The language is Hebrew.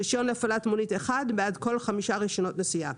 רישיון להפעלת מונית אחד בעד כל ארבעה רישיונות נסיעה